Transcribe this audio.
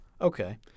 Okay